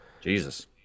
jesus